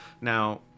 Now